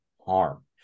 harm